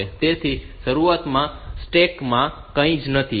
તેથી શરૂઆતમાં સ્ટેક માં કંઈ નથી